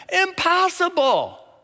Impossible